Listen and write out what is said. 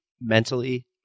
mentally